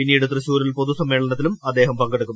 പിന്നീട് തൃശ്ശൂരിൽ പൊതു സമ്മേളനത്തിലും പങ്കെടുക്കും